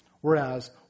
whereas